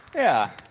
yeah